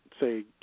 say